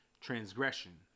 transgression